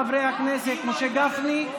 חברי הכנסת משה גפני,